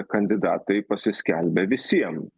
kandidatai pasiskelbė visiem